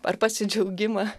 ar pasidžiaugimą